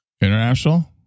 international